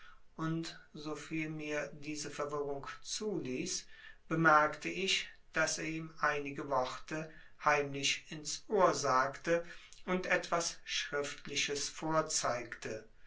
und so viel mir diese verwirrung zuließ bemerkte ich daß er ihm einige worte heimlich ins ohr sagte und etwas schriftliches vorzeigte